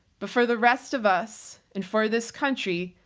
but for the rest of us and for this country,